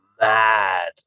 Mad